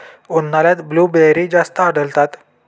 उन्हाळ्यात ब्लूबेरी जास्त आढळतात